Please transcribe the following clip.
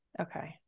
Okay